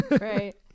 Right